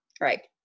right